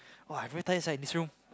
[oh]I very tired sia in this room